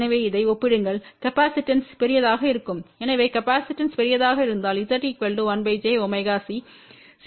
எனவே இதை ஒப்பிடுங்கள் காப்பாசிட்டன்ஸ் பெரியதாக இருக்கும் எனவே காப்பாசிட்டன்ஸ் பெரியதாக இருந்தால் Z 1 jωC சிறிய இருக்கும்